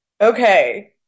Okay